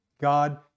God